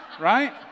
right